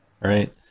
Right